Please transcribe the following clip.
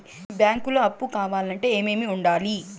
బ్యాంకులో అప్పు కావాలంటే ఏమేమి ఉండాలి?